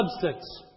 substance